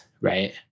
Right